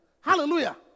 hallelujah